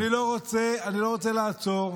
אני לא רוצה לעצור,